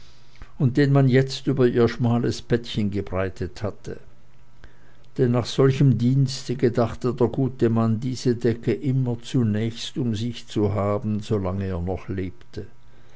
und man jetzt über ihr schmales bettchen gebreitet hatte denn nach solchem dienste gedachte der gute mann diese decke immer zunächst um sich zu haben solange er noch lebte